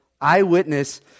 eyewitness